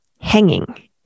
hanging